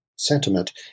Sentiment